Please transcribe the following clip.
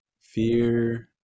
fear